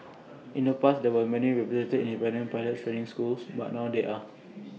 in the past there were many reputed independent pilot training schools but now there are